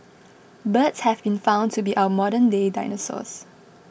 birds have been found to be our modernday dinosaurs